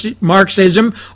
Marxism